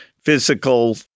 physical